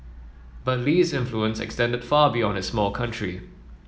but Lee's influence extended far beyond his small country